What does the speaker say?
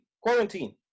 Quarantine